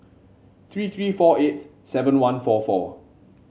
three three four eight seven one four four